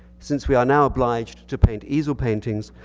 since we are now obliged to paint easel paintings,